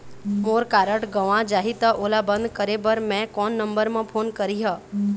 मोर card गंवा जाही त ओला बंद करें बर मैं कोन नंबर म फोन करिह?